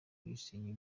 kuyisenya